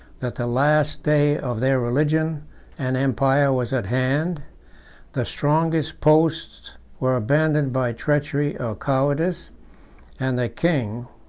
that the last day of their religion and empire was at hand the strongest posts were abandoned by treachery or cowardice and the king,